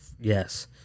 Yes